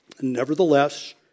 Nevertheless